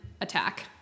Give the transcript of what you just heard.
attack